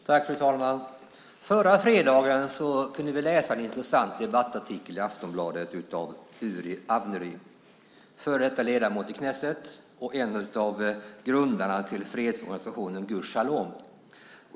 Fru talman! Förra fredagen kunde vi läsa en intressant debattartikel i Aftonbladet av Uri Avnery, före detta ledamot i Knesset och en av grundarna till fredsorganisationen Gush Shalom.